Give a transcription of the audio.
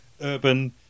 urban